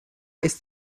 ist